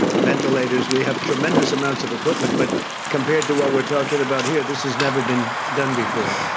ah ventilators. we have tremendous amounts of equipment. but compared to what we're talking about here, this has never been done before.